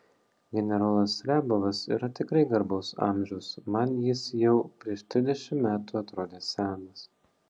generolas riabovas yra tikrai garbaus amžiaus man jis jau prieš trisdešimt metų atrodė senas